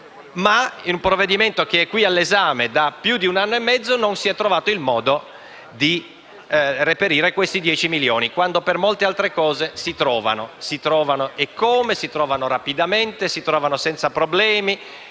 ma in un provvedimento che è all'esame da più di un anno e mezzo non si è trovato il modo di reperire 10 milioni, quando per molte altre cose le risorse si trovano eccome, tra l'altro rapidamente e senza problemi,